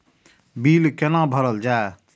Bill कैना भरल जाय?